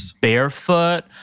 barefoot